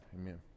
Amen